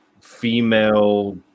female